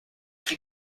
chi